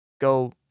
go